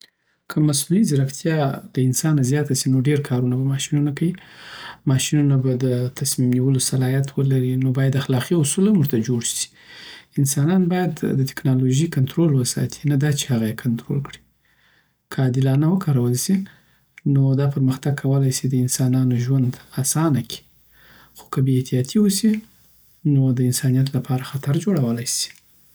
که مصنوعي ځیرکتیا له انسانه زیاته شي، نو ډېر کارونه به ماشينونه کوي. ماشینونه به د دتصمیم نیولو صلاحیت ولري، نو باید اخلاقی اصول هم تورته جوړ سی انسانان باید د ټکنالوژۍ کنټرول وساتي، نه دا چې هغه یې کنټرول کړي. که عادلانه وکارول شي، نو دا پرمختګ کولی سی دانسانانو ژوند اسانه کړي. خو که بې احتیاطه شي، نو د انسانیت لپاره خطر جوړولی شي.